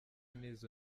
n’izo